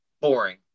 boring